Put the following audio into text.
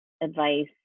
advice